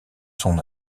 son